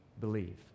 believe